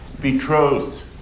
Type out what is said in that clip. betrothed